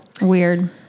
weird